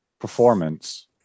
performance